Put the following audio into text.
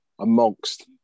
amongst